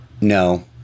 No